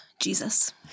Jesus